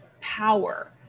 power